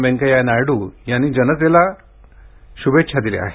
व्यंकय्या नायड्र यांनी जनतेला शुभेच्छा दिल्या आहेत